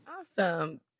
Awesome